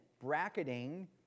bracketing